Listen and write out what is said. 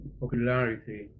popularity